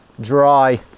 dry